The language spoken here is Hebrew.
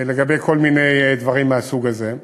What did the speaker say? לגבי כל מיני דברים מהסוג הזה.